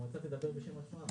המועצה תדבר בשם עצמה.